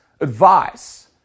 advice